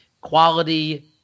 quality